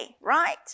right